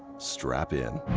strap in.